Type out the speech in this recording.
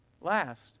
last